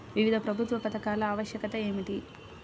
వివిధ ప్రభుత్వా పథకాల ఆవశ్యకత ఏమిటి?